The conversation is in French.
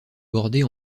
bordées